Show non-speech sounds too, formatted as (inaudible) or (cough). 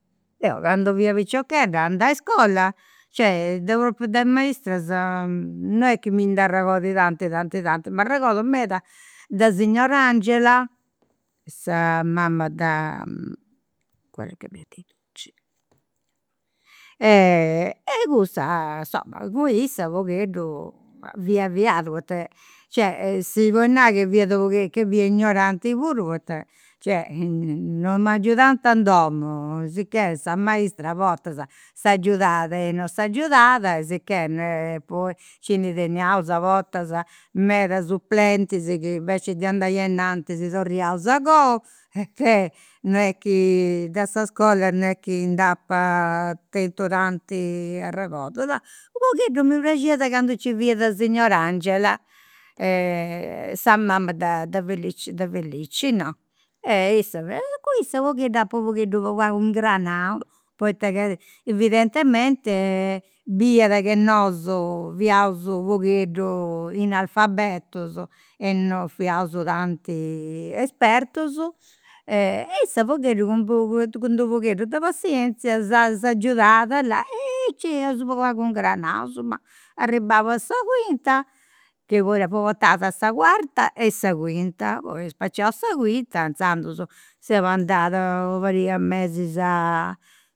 Deu candu fia piciochedda andà a iscola, cioè de propriu de maistas non est chi mi nd'arregordit tanti tanti tanti, m'arregordu meda de signora Angela, sa mama de (unintelligible) e (hesitation) cussa insoma, cun issa u' pagheddu fiat avviat, poita, cioè si podit nai ca (hesitation) fiat u' pogheddu ca fia ignoranti puru poita, cioè (hesitation) non m'agiudant in domu, sicchè sa maista a bortas s'agiudat e non s'agiudat e sicchè non è che poi nci ndi teniaus medas suplentis chi invecias de andai a innantis sodigaus a goa, sicchè non est chi de sa iscola, non est chi nd'apa tentu tantis arregordus, là. U' pogheddu mi praxiat candu nci fiat signora Angela, (hesitation) sa mama de de Felice, de Felice, no. Issa, cun issa u' pogheddu apu u' pogheddu pagu pagu ingranau, poita ca evidentemente biiat che nosu fiaus u' pogheddu inalfabetus e non (unintelligible) tanti espertus. (hesitation) E issa u' pogheddu cund'unu pogheddu de passienzia s'agiudada, là. E aici eus pagu pagu ingranau. Ma arribaus a sa cuinta, che poi dd'apu portat a sa cuarta e sa cuinta poi spaciau sa cuinta inzandus seu andada una pariga 'e mesis a